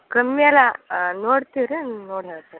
camera ನೋಡ್ತಿರಾ ನೋಡಿ ಹೇಳ್ತೀನಿ